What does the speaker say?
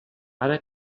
ara